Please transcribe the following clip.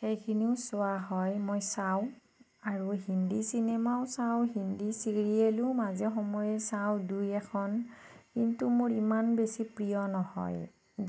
সেইখিনিও চোৱা হয় মই চাওঁ আৰু হিন্দী চিনেমাও চাওঁ হিন্দী চিৰিয়েলো মাজে সময়ে চাওঁ দুই এখন কিন্তু মোৰ ইমান বেছি প্ৰিয় নহয়